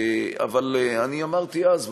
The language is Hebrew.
אמרתי אז,